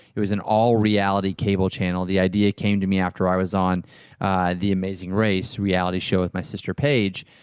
it was an all reality cable channel. the idea came to me after i was on the amazing race reality show with my sister paige.